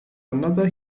another